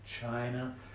China